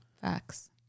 Facts